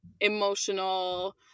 emotional